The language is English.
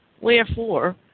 Wherefore